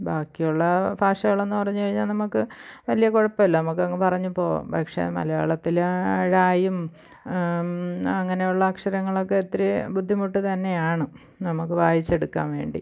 ബാക്കിയുള്ള ഭാഷകളെന്ന് പറഞ്ഞ് കഴിഞ്ഞാൽ നമുക്ക് വലിയ കുഴപ്പം ഇല്ല നമുക്ക് അങ് പറഞ്ഞ് പോവാം പക്ഷെ മലയാളത്തിലെ ഴായും അങ്ങനെ ഉള്ള അക്ഷരങ്ങളൊക്കെ ഇത്തിരി ബുദ്ധിമുട്ട് തന്നെയാണ് നമുക്ക് വായിച്ചെടുക്കാൻ വേണ്ടി